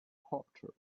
porter